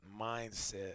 mindset